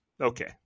okay